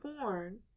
born